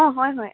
অঁ হয় হয়